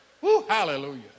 Hallelujah